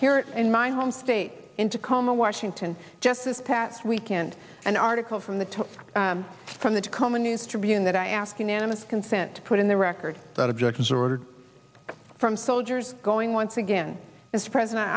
here in my home state in tacoma washington just this past weekend an article from the top from the tacoma news tribune that i ask unanimous consent to put in the record that object was ordered from soldiers going once again as president